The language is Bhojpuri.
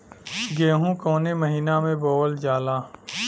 गेहूँ कवने महीना में बोवल जाला?